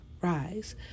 rise